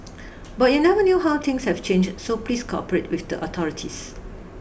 but you never knew how things have changed so please cooperate with the authorities